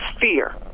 fear